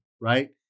right